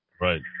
Right